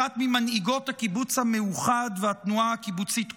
אחת ממנהיגות הקיבוץ המאוחד והתנועה הקיבוצית כולה,